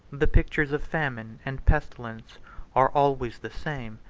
the pictures of famine and pestilence are always the same,